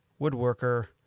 woodworker